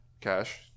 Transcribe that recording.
Cash